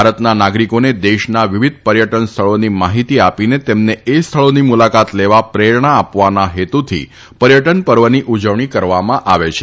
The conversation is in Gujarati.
ભારતના નાગરિકોને દેશના વિવિધ પર્યટન સ્થળોની માહિતી આપીને તેમને એ સ્થળોની મુલાકાત લેવા પ્રેરણા આપવાના હેતુથી પર્યટન પર્વની ઉજવણી કરવામાં આવે છે